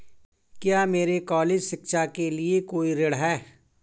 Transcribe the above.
क्या मेरे कॉलेज शिक्षा के लिए कोई ऋण है?